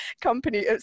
company